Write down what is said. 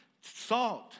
Salt